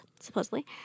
supposedly